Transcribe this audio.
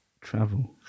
travel